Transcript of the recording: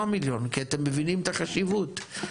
בסה"כ ב-2022 מבחינת התקצוב היה 49 מיליון פלוס מינוס,